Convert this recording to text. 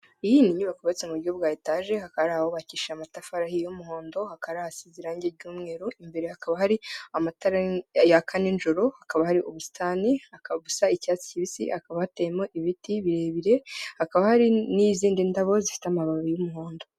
Iyi ni nyubako yubatse mu buryo bwa etaje, hakaba hari ahubakisha amatafari ahiye y'umuhondo, hakaba hari ahasize irangi ry'umweru, imbere hakaba hari amatara yaka nijoro hakaba hari ubusitani hakaba ubusa icyatsi kibisi, hakaba hateyemo ibiti birebire hakaba hari n'izindi ndabo zifite amababi y'umuhondo.